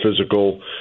physical